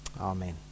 Amen